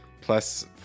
plus